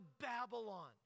Babylon